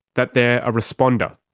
that they are a responder.